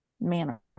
manner